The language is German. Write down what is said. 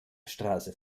straße